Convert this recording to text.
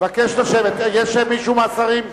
יש מישהו מהשרים,